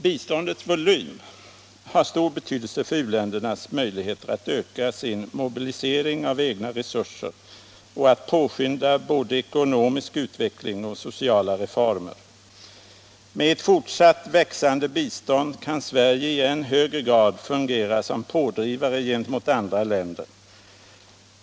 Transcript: Biståndets volym har stor betydelse för u-ländernas möjligheter att öka sin mobilisering av egna resurser och att påskynda både ekonomisk utveckling och sociala reformer. Med ett fortsatt växande bistånd kan Sverige i än högre grad fungera som pådrivare gentemot andra länder.